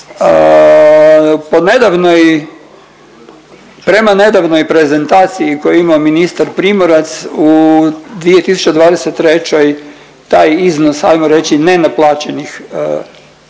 prema nedavnoj prezentaciji koju je imao ministar Primorac u 2023. taj iznos ajmo reći nenaplaćenih doprinosa